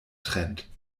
trennt